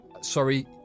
sorry